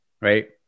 right